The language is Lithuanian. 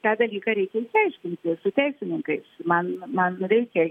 tą dalyką reikia išsiaiškinti su teisininkais man man reikia